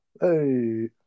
Hey